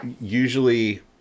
usually